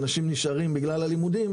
אנשים נשארים בגלל הלימודים,